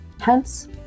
Hence